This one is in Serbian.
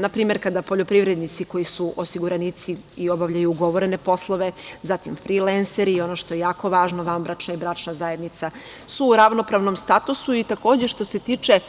Na primer, kada poljoprivrednici koji su osiguranici i obavljaju ugovorene poslove, zatim frilenseri i ono što je jako važno, bračna i vanbračna zajednica su u ravnopravnom statusu i takođe što se tiče